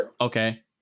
Okay